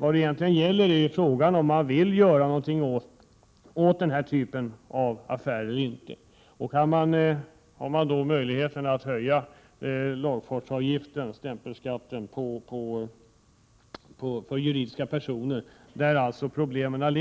Vad det gäller är om man vill göra något åt den här typen av affärer eller inte. Har man möjligheten att höja lagfartsavgiften, stämpelskatten, för juridiska personer, där problemen